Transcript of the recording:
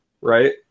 right